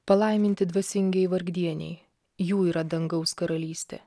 palaiminti dvasingieji vargdieniai jų yra dangaus karalystė